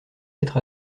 être